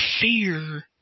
fear